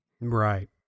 Right